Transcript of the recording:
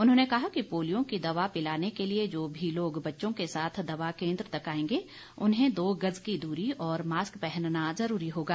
उन्होंने कहा कि पोलियो की दवा पिलाने के लिए जो भी लोग बच्चों के साथ दवा केन्द्र तक आएंगे उन्हें दो गज की दूरी और मास्क पहनना जरूरी होगा